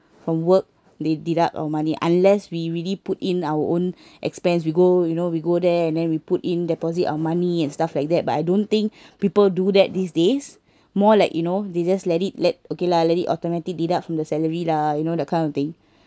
from work they deduct our money unless we really put in our own expense we go you know we go there and then we put in deposit our money and stuff like that but I don't think people do that these days more like you know they just let it let okay lah let it automatic deduct from the salary lah you know the kind of thing